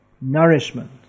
nourishment